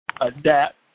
adapt